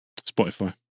Spotify